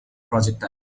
projectile